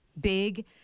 big